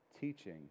teaching